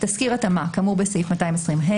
"תסקיר התאמה" -"כאמור בסעיף 220ה,